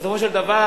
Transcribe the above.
ובסופו של דבר,